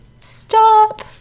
Stop